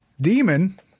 demon